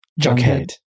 junkhead